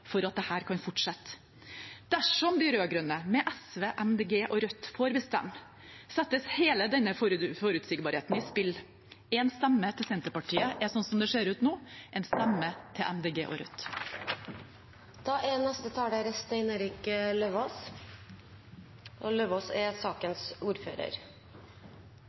for at dette kan fortsette. Dersom de rød-grønne, med SV, Miljøpartiet De Grønne og Rødt, får bestemme, settes hele denne forutsigbarheten i spill. En stemme til Senterpartiet er, slik det ser ut nå, en stemme til Miljøpartiet De Grønne og Rødt.